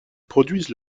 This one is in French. produisent